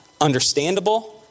Understandable